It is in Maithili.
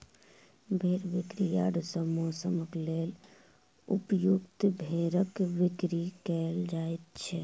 भेंड़ बिक्री यार्ड सॅ मौंसक लेल उपयुक्त भेंड़क बिक्री कयल जाइत छै